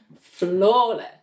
flawless